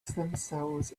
themselves